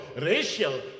racial